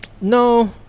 No